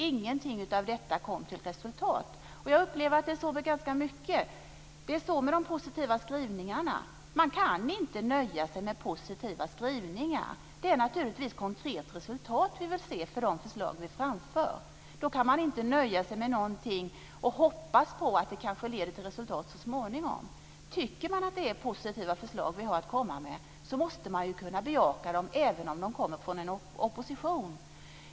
Ingenting av detta kom till resultat. Jag upplever att det är så med ganska mycket. Det är så med de positiva skrivningarna. Man kan inte nöja sig med positiva skrivningar. Det är naturligtvis konkret resultat vi vill se av de förslag vi framför. Då kan man inte nöja sig med någonting och hoppas på att det kanske leder till resultat så småningom. Tycker man att det är positiva förslag vi har att komma med måste man kunna bejaka dem även om de kommer från oppositionen.